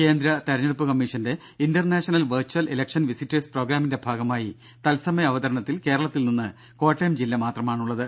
കേന്ദ്ര തിരഞ്ഞെടുപ്പ് കമ്മീഷന്റെ ഇന്റർനാഷണൽ വെർച്വൽ ഇലക്ഷൻ വിസിറ്റേഴ്സ് പ്രോഗ്രാമിന്റെ ഭാഗമായി തത്സമയ അവതരണത്തിൽ കേരളത്തിൽനിന്ന് കോട്ടയം ജില്ല മാത്രമാണുള്ളത്